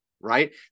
right